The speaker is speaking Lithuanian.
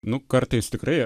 nu kartais tikrai